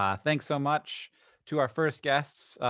um thanks so much to our first guests,